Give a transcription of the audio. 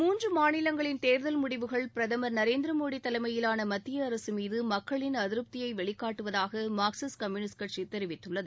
மூன்று மாநிலங்களின் தேர்தல் முடிவுகள் பிரதமர் திரு நரேந்திரமோடி தலைமையிலான மத்திய அரசு மீது மக்களின் அதிருப்தியை வெளிக்காட்டுவதாக மார்க்சிஸ்ட் கம்யூனிஸ்ட் கட்சி தெரிவித்துள்ளது